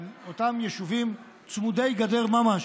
אותם יישובים צמודי גדר ממש,